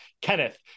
Kenneth